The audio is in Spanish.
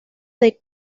del